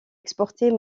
exportée